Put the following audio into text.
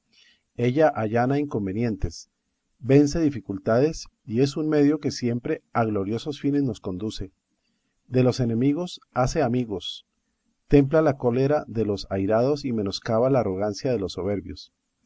ella allana inconvenientes vence dificultades y es un medio que siempre a gloriosos fines nos conduce de los enemigos hace amigos templa la cólera de los airados y menoscaba la arrogancia de los soberbios